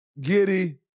Giddy